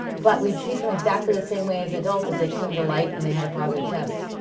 but we treat them exactly the same way as adults if they came to light and they had a positive test.